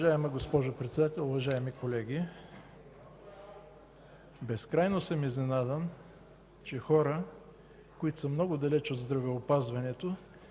Уважаема госпожо Председател, уважаеми колеги, безкрайно съм изненадан, че хора, които са много далеч от здравеопазването,